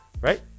Right